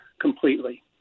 completely